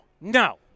No